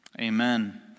Amen